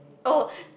oh